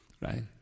right